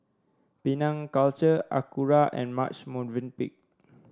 Penang Culture Acura and Marche Movenpick